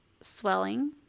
swelling